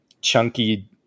chunky